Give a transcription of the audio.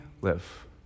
live